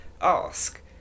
ask